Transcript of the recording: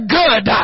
good